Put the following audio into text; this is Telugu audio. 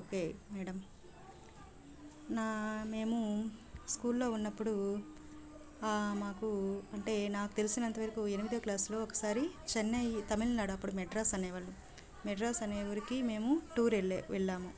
ఓకే మేడం నా మేము స్కూల్లో ఉన్నప్పుడు మాకు అంటే నాకు తెలిసినంతవరకు ఎనిమిదవ క్లాసులో ఒకసారి చెన్నై తమిళనాడు అప్పుడు మెడ్రాస్ అనేవాళ్ళు మెడ్రాస్ అనే ఊరికి మేము టూర్ వెళ్ళే వెళ్ళాము